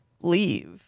leave